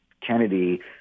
Kennedy